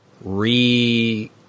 re